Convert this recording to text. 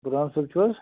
بِلال صٲب چھِو حظ